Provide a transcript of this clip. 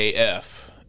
AF